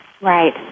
Right